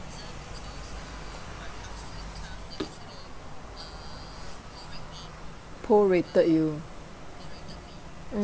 pro-rated you